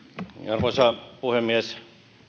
arvoisa puhemies